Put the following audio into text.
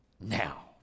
now